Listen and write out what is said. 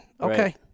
Okay